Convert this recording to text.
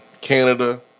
Canada